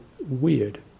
weird